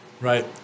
Right